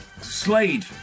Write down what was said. Slade